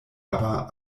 aber